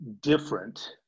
different